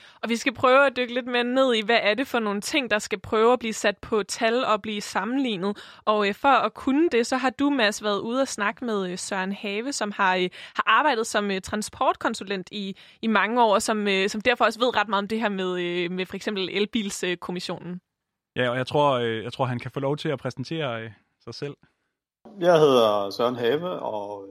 Og vi skal prøve at dykke lidt mere ned i, hvad er det for nogle ting, der skal prøve at blive sat på tal og blive sammenlignet. Og, øh, for at kunne det, så har du, Mads, været ude at snakke med, øh, Søren Have, som har, øh, har arbejdet som, øh, transportkonsulent i- i mange år, som, øh, som derfor også ved ret meget om det her med, øh, med for eksempel elbilskommissionen. Ja, og jeg tror, øh, jeg tror, han kan få lov til at præsentere, øh, sig selv. Jeg hedder Søren Have, og-